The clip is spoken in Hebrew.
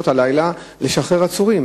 שעות, אלא שעות לילה, לשחרר עצורים?